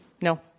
No